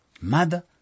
Mother